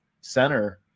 center